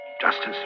Justice